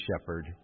Shepherd